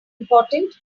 important